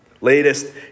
Latest